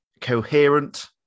coherent